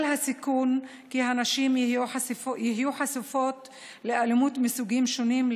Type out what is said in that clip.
הסיכון כי הנשים יהיו חשופות לאלימות מסוגים שונים,